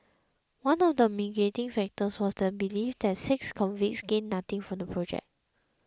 one of the mitigating factors was their belief that the six convicts gained nothing from the project